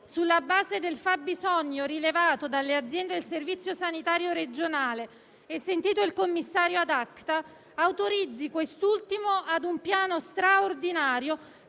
sulla base del fabbisogno rilevato dalle aziende del Servizio sanitario regionale e sentito il commissario *ad acta*, autorizzi quest'ultimo ad un piano straordinario